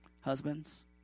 husbands